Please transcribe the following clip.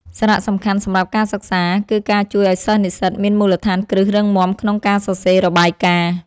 សារៈសំខាន់សម្រាប់ការសិក្សាគឺការជួយឱ្យសិស្សនិស្សិតមានមូលដ្ឋានគ្រឹះរឹងមាំក្នុងការសរសេររបាយការណ៍។